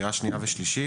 לקריאה שנייה ושלישית,